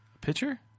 Pitcher